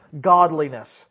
godliness